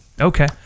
Okay